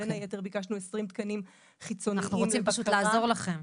בין היתר ביקשנו 20 תקנים חיצוניים --- אנחנו רוצים לעזור לכם.